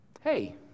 Hey